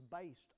based